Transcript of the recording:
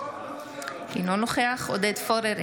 אינו נוכח עודד פורר,